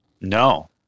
No